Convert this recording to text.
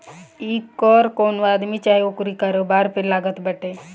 इ कर कवनो आदमी चाहे ओकरी कारोबार पे लागत बाटे